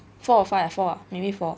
four or five ah four ah maybe four